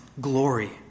glory